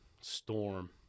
storm